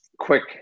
quick